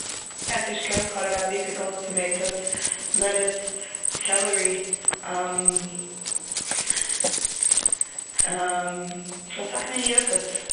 פעטרישקא, קאלאראבי, פיקלס, טאמאטעס, לעטעס, סעלערי, ס'דא אסאך מינע ירקות.